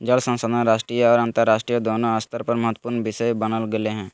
जल संसाधन राष्ट्रीय और अन्तरराष्ट्रीय दोनों स्तर पर महत्वपूर्ण विषय बन गेले हइ